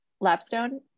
Lapstone